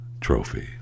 Trophy